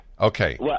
Okay